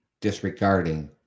disregarding